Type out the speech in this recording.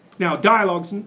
now dialogues, and